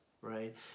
right